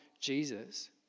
Jesus